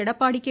Edappadi K